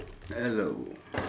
hello